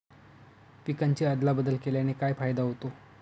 पिकांची अदला बदल केल्याने काय फायदा होतो?